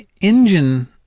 engine